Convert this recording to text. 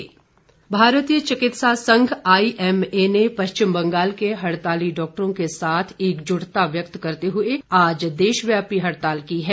हडताल भारतीय चिकित्सा संघ आईएमए ने पश्चिम बंगाल के हड़ताली डॉक्टरों के साथ एकजुटता व्यक्त करते हुए आज देशव्यापी हड़ताल की है